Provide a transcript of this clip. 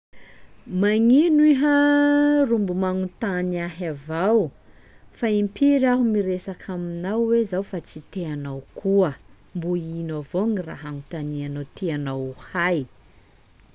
"Magnino iha ro mbo magnontany ahy avao? Fa impiry aho miresaka aminao hoe zaho fa tsy te anao koa, mbô ino gny raha hagnontanianao tianao ho hay?"